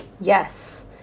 yes